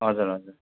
हजुर हजुर